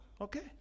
Okay